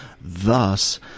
thus